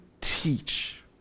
teach